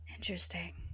Interesting